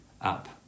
up